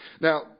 Now